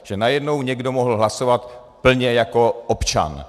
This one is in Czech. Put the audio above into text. Že najednou někdo mohl hlasovat plně jako občan.